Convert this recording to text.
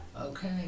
Okay